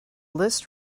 list